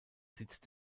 sitzt